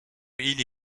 hini